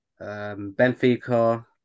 Benfica